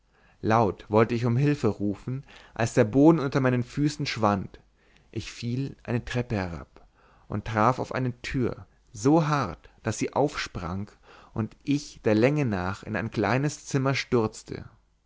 laut wollte ich um hülfe rufen als der boden unter meinen füßen schwand ich fiel eine treppe herab und traf auf eine tür so hart daß sie aufsprang und ich der länge nach in ein kleines zimmer stürzte